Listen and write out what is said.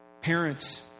Parents